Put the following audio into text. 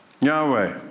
Yahweh